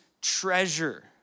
treasure